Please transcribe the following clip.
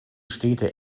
städte